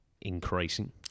increasing